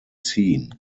seen